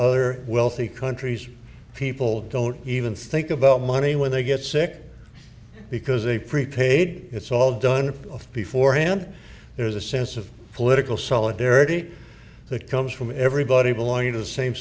other wealthy countries people don't even think about money when they get sick because a pre paid it's all done before hand there's a sense of political solidarity that comes from everybody belonging to the same